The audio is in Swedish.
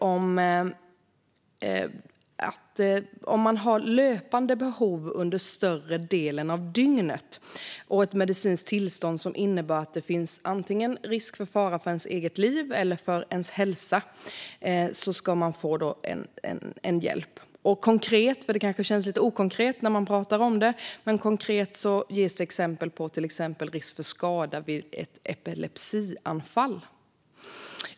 Om man har löpande behov under större delen av dygnet och ett medicinskt tillstånd som innebär att det finns fara för ens eget liv eller för ens hälsa ska man få hjälp. Det känns kanske lite okonkret när man pratar om det, men det ges ett konkret exempel. Det kan till exempel finnas risk för skada vid ett epilepsianfall.